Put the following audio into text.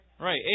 Right